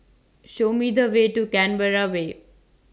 Show Me The Way to Canberra Way